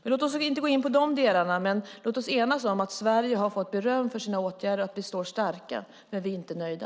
Låt oss inte gå in på de delarna, men låt oss enas om att Sverige har fått beröm för sina åtgärder och att vi står starka. Men vi är inte nöjda.